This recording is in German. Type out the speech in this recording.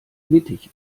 mittig